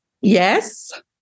Yes